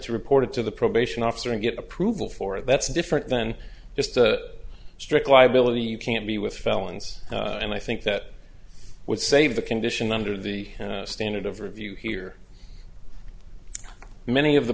to reported to the probation officer and get approval for that's different than just a strict liability you can't be with felons and i think that would save the condition under the standard of review here many of the